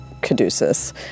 Caduceus